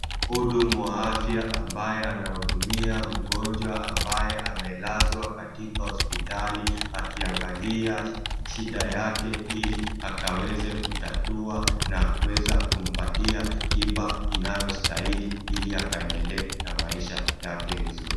Mhudumu wa afya ambaye anahudumia mgonjwa ambaye amelazwa katika hospitali akiangalia shida yake ili akaweze kutatua na kuweza kumpatia tiba inayostahili ili akaendelee na maisha yake vizuri.